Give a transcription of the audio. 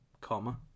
Comma